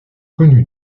connu